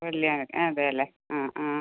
വെള്ളി ആണ് അതെ അല്ലേ ആ ആ